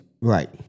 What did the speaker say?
Right